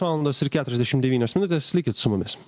valandos ir keturiasdešim devynios minutės likit su mumis